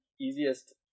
easiest